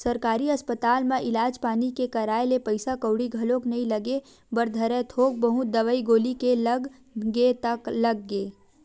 सरकारी अस्पताल म इलाज पानी के कराए ले पइसा कउड़ी घलोक नइ लगे बर धरय थोक बहुत दवई गोली के लग गे ता लग गे